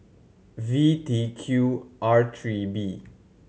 V T Q R three B